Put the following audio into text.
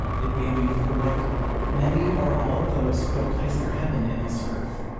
it may be, for like many or all of those who have placed their heaven in this earth,